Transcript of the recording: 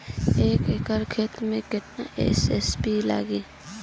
एक एकड़ खेत मे कितना एस.एस.पी लागिल?